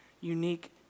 unique